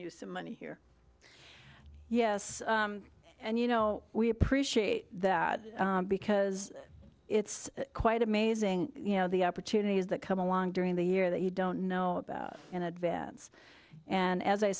use some money here yes and you know we appreciate that because it's quite amazing you know the opportunities that come along during the year that you don't know about in advance and as i